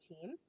team